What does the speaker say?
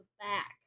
back